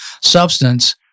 substance